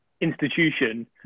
institution